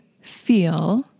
feel